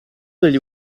degli